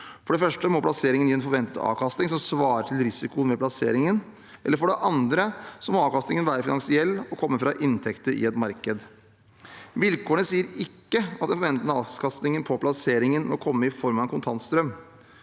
For det første må plasseringen gi en forventet avkastning som svarer til risikoen ved plasseringen, eller – for det andre – avkastningen må være finansiell og komme fra inntekter i et marked. Vilkårene sier ikke at den forventede avkastningen på plasseringen må komme i form av en kontantstrøm.